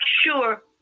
sure